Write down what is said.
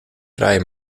vrij